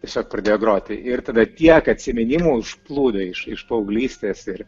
tiesiog pradėjo groti ir tada tiek atsiminimų užplūdo iš iš paauglystės ir